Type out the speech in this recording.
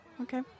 Okay